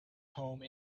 home